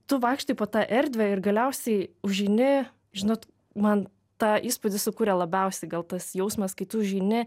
tu vaikštai po tą erdvę ir galiausiai užeini žinot man tą įspūdį sukūrė labiausiai gal tas jausmas kai tu užeini